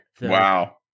Wow